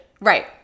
right